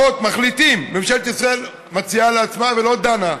מחליטים, ממשלת ישראל מציעה לעצמה ולא דנה,